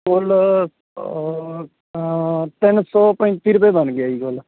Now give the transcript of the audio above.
ਕੁੱਲ ਤਿੰਨ ਸੌ ਪੈਂਤੀ ਰੁਪਏ ਬਣ ਗਏ ਜੀ ਕੁੱਲ